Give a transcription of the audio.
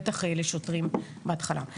בטח לשוטרים בהתחלה.